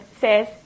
says